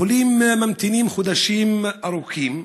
החולים ממתינים חודשים ארוכים.